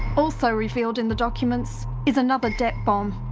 also revealed in the documents is another debt bomb.